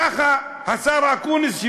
ככה השר אקוניס,